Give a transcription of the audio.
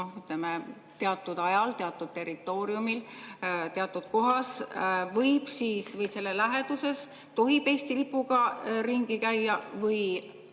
teatud ajal, teatud territooriumil, teatud kohas või selle läheduses tohib Eesti lipuga ringi käia või